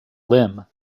limb